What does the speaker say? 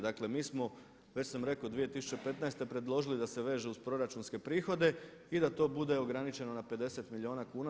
Dakle, mi smo, već sam rekao 2015. predložili da se veže uz proračunske prihode i da to bude ograničeno na 50 milijuna kuna.